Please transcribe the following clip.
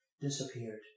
disappeared